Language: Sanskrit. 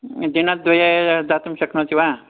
दिनद्वये दातुं शक्नोति वा